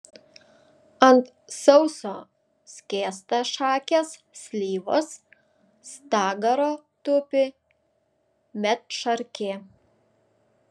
ant sauso skėstašakės slyvos stagaro tupi medšarkė